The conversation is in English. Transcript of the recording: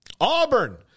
Auburn